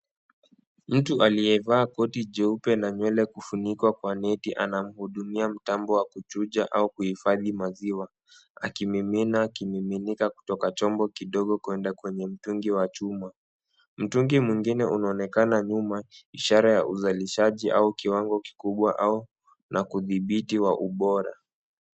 Mtu aliyevaa koti jeupe na nywele kufunikwa kwa neti anamhudumia mtambo wa kuchuja au kuhifadhi maziwa akimimina kimiminika kutoka chombo kidogo kwenda kwenye mtungi wa chuma. Mtungi mwingine unaonekana nyuma ishara ya uzalishaji au kiwango kikubwa au na kudhibiti wa ubora.